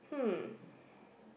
hmm